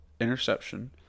interception